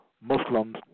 Muslims